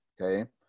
Okay